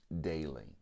daily